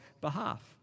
behalf